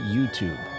YouTube